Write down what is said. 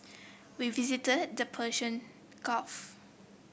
we visited the Persian Gulf